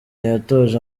yatoje